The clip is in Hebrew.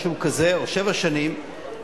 או שבע שנים,